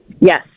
Yes